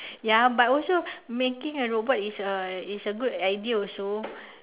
ya but also making a robot is a is a good idea also